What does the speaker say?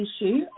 issue